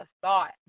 thought